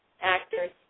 actors